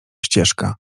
ścieżka